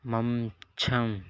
మంచం